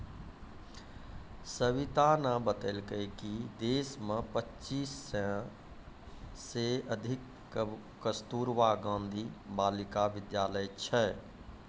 सविताने बतेलकै कि देश मे पच्चीस सय से अधिक कस्तूरबा गांधी बालिका विद्यालय छै